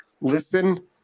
listen